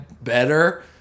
better